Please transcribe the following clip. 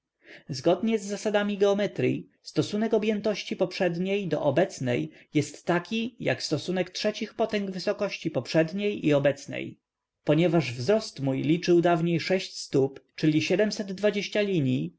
zgodnie z zasadami geometryi stosunek objętości poprzedniej do obecnej jest taki jak stosunek trzecich potęg wysokości poprzedniej i obecnej ponieważ wzrost mój liczył dawniej stóp czyli linij